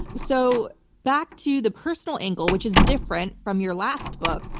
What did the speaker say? so back to the personal angle which is different from your last book,